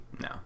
No